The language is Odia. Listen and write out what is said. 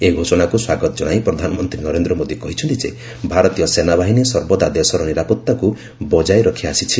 ଏହି ଘୋଷଣାକୁ ସ୍ୱାଗତ ଜଣାଇ ପ୍ରଧାନମନ୍ତ୍ରୀ ନରେନ୍ଦ୍ର ମୋଦୀ କହିଛନ୍ତି ଯେ ଭାରତୀୟ ସେନାବାହିନୀ ସର୍ବଦା ଦେଶର ନିରାପତ୍ତାକୁ ବଜାୟ ରଖି ଆସିଛି